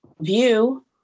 view